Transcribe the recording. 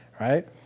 Right